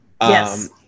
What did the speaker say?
Yes